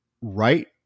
right